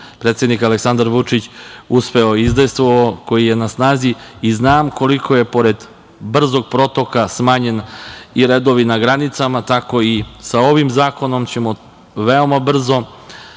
predsednik Aleksandar Vučić uspeo i izdejstvovao, koji je na snazi i znam koliko je pored brzog protoka smanjeni redovi na granicama, tako i sa ovim zakonom ćemo veoma brzo